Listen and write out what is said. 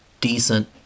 decent